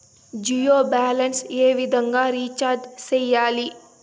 Jio balance ఏ విధంగా recharge సేయాలి?